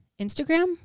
Instagram